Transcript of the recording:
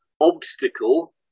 obstacle